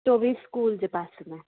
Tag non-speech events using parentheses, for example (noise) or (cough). (unintelligible) school जे पासे में